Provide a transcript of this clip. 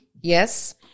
yes